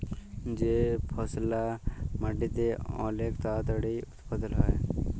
যে ফসললা মাটিতে অলেক তাড়াতাড়ি উৎপাদল হ্যয়